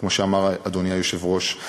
כמו שאמר אדוני היושב-ראש.